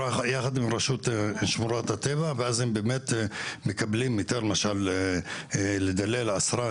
יחד עם רשות שמורות הטבע ואז הם באמת מקבלים היתר למשל לדלל 10,